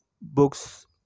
books